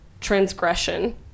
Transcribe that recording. transgression